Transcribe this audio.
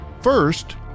First